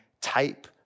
type